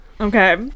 Okay